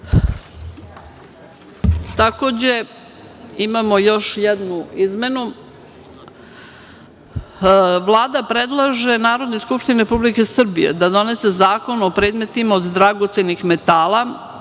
zakona. Takođe, imamo još jednu izmenu. Vlada predlaže Narodnoj skupštini Republike Srbije da donese zakon o predmetima od dragocenih metala,